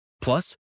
Plus